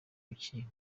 kuki